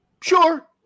sure